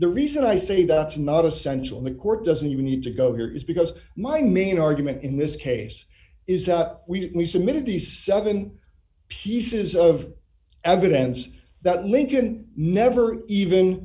the reason i say that not essential the court doesn't even need to go here is because my main argument in this case is how we submitted these seven pieces of evidence that lincoln never even